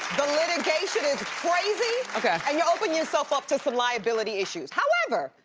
the litigation is crazy and you're opening yourself up to some liability issues. however,